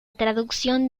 traducción